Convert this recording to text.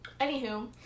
Anywho